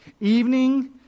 Evening